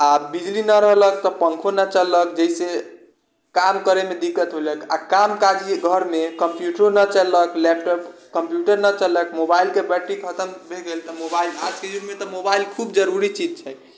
आओर बिजली नहि रहलक तऽ पंखो नहि चललक जाहिसँ काम करैमे दिक्कत होलक आओर कामकाज अइ घरमे तऽ कम्प्यूटरो नहि चललक लैपटॉप कम्प्यूटर नहि चललक मोबाइलके बैट्री खतम भऽ गेल तऽ मोबाइल हर चीजमे तऽ मोबाइल खूब जरूरी चीज छै